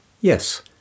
Yes